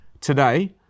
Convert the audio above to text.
Today